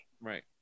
Right